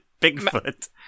Bigfoot